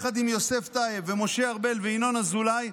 יחד עם יוסף טייב ומשה ארבל וינון אזולאי,